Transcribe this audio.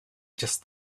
just